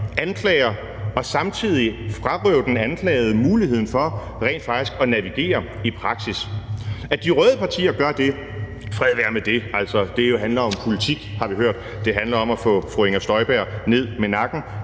anklager og samtidig frarøve den anklagede muligheden for rent faktisk at navigere i praksis. I forhold til at de røde partier gør det, vil jeg sige: Fred være med det. Altså, det her handler om politik, har vi hørt; det handler om at få fru Inger Støjberg ned med nakken.